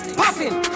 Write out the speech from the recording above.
popping